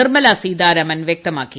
നിർമ്മലാസീതാരാമൻ വ്യക്തമാക്കി